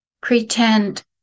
pretend